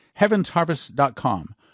HeavensHarvest.com